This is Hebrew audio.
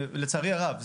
לצערי הרב,